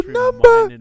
number